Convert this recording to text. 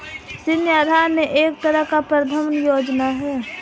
ऋण आहार एक तरह की प्रबन्धन योजना है